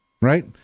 right